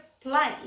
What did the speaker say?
plane